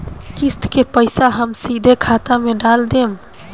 किस्त के पईसा हम सीधे खाता में डाल देम?